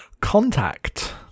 Contact